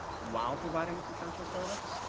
while providing this essential service.